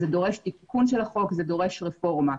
זה דורש תיקון של החוק, זה דורש רפורמה.